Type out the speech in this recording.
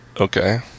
okay